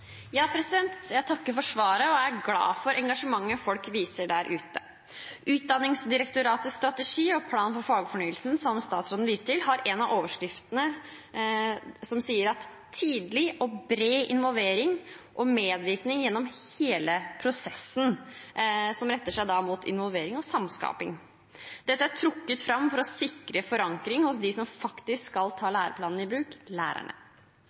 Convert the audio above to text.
Jeg takker for svaret og er glad for engasjementet folk viser der ute. Utdanningsdirektoratets strategi og plan for fagfornyelsen som statsråden viste til, understreker viktigheten av «tidlig og bred involvering og medvirkning» gjennom hele prosessen, som retter seg mot involvering og samskaping. Dette er trukket fram for å sikre forankring hos dem som faktisk skal ta læreplanene i bruk, lærerne.